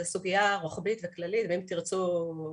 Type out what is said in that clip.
זאת סוגיה רוחבית וכללית, ואם תרצו,